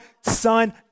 son